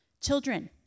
Children